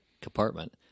compartment